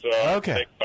Okay